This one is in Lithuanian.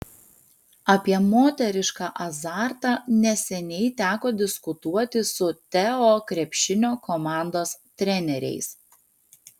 apie moterišką azartą neseniai teko diskutuoti su teo krepšinio komandos treneriais